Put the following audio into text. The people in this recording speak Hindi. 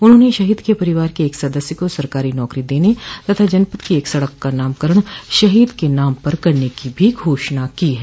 उन्होंने शहीद के परिवार के एक सदस्य को सरकारी नौकरी देने तथा जनपद की एक सड़क का नामकरण शहीद के नाम पर करने की भी घोषणा की है